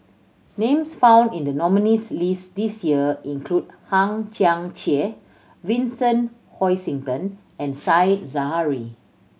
names found in the nominees' list this year include Hang Chang Chieh Vincent Hoisington and Said Zahari